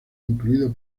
incluido